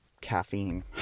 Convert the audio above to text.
caffeine